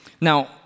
Now